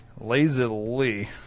lazily